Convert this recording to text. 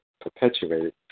perpetuated